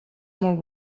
molt